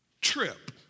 trip